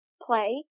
play